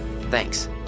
Thanks